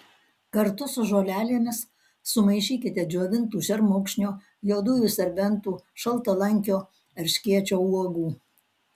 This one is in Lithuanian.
kartu su žolelėmis sumaišykite džiovintų šermukšnio juodųjų serbentų šaltalankio erškėčio uogų